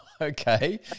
okay